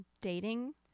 dating